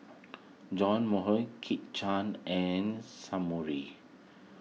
John Kit Chan and Sumari